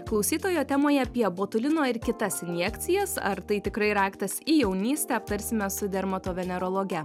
klausytojo temoje apie botulino ir kitas injekcijas ar tai tikrai raktas į jaunystę aptarsime su dermatovenerologe